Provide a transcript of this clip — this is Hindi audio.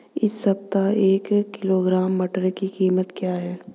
इस सप्ताह एक किलोग्राम मटर की कीमत क्या है?